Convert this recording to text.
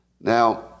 Now